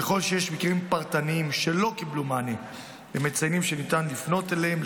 ככל שיש מקרים פרטניים שלא קיבלו מענים הם מציינים שניתן לפנות אליהם,